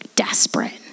desperate